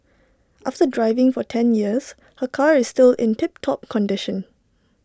after driving for ten years her car is still in tip top condition